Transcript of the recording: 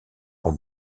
pour